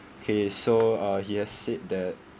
K so uh he has said that